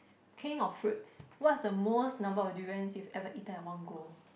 king of fruits what's the most number of durians you've ever eaten at one go